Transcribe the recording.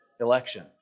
election